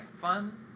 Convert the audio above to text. fun